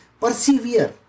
Persevere